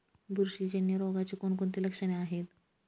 बुरशीजन्य रोगाची कोणकोणती लक्षणे आहेत?